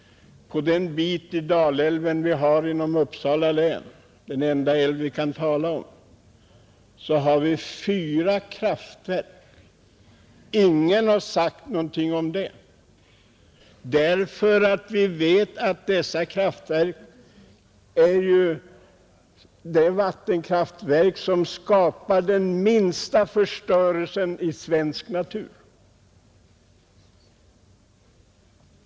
På den bit av Dalälven som vi har inom Uppsala län — det är den enda älv vi har — finns det fyra kraftverk. Men ingen har sagt någonting om det därför att vi vet att dessa kraftverk ju är vattenkraftverk, som åstadkommer den minsta förstörelsen i vår natur.